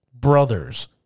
Brothers